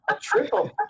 triple